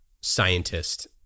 scientist